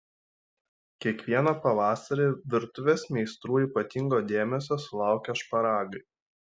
kiekvieną pavasarį virtuvės meistrų ypatingo dėmesio sulaukia šparagai